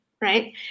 right